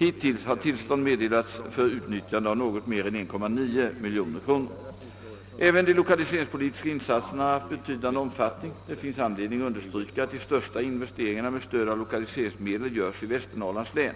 Hittills har tillstånd meddelats för utnyttjande av något mer än 1,9 miljon kronor. Även de lokaliseringspolitiska insatserna har haft betydande omfattning. Det finns anledning understryka att de största investeringarna med stöd av l1okaliseringsmedel görs i Västernorrlands län.